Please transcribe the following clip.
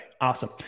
Awesome